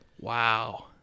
Wow